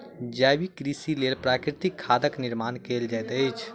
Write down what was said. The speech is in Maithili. जैविक कृषिक लेल प्राकृतिक खादक निर्माण कयल जाइत अछि